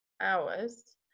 hours